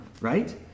right